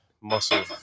Muscle